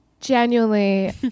genuinely